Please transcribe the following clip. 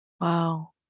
wow